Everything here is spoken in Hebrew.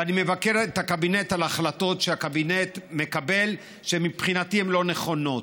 ואני מבקר את הקבינט על החלטות שהקבינט מקבל שמבחינתי הן לא נכונות,